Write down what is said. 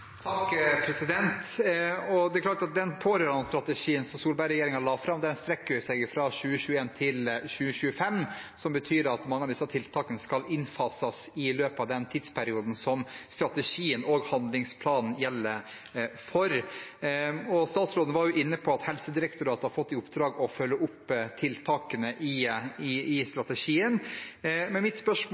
Den pårørendestrategien Solberg-regjeringen la fram, strekker seg fra 2021 til 2025. Det betyr at mange av disse tiltakene skal innfases i løpet av den tidsperioden som strategien og handlingsplanen gjelder for. Statsråden var inne på at Helsedirektoratet har fått i oppdrag å følge opp tiltakene i strategien. Mitt siste spørsmål